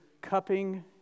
cupping